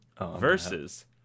versus